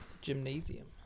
gymnasium